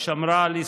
שמרה על ישראל.